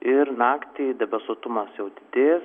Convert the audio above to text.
ir naktį debesuotumas jau didės